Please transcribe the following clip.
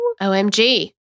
OMG